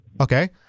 Okay